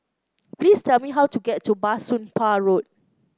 please tell me how to get to Bah Soon Pah Road